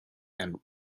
and